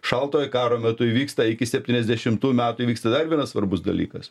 šaltojo karo metu įvyksta iki septyniasdešimtųjų metų įvyks tada vienas svarbus dalykas